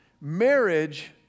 marriage